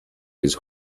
his